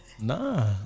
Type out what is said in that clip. Nah